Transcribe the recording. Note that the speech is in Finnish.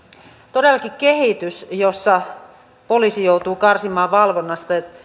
todellakin kehitys jossa poliisi joutuu karsimaan valvonnasta ja